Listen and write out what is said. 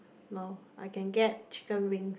no I can get chicken wings